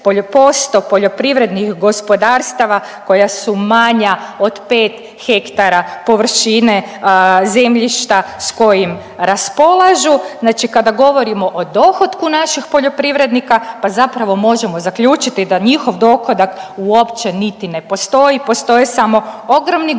od 70% poljoprivrednih gospodarstava koja su manja od pet hektara površine zemljišta s kojim raspolažu. Znači kada govorimo o dohotku naših poljoprivrednika pa zapravo možemo zaključiti da njihov dohodak uopće niti ne postoje, postoje samo ogromni gubici